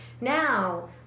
now